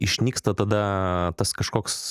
išnyksta tada tas kažkoks